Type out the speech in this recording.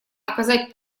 оказать